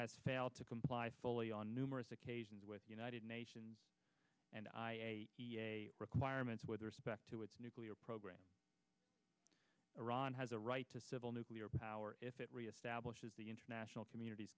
has failed to comply fully on numerous occasions with united nations and requirements with respect to its nuclear program iran has a right to civil nuclear power if it reestablishes the international community's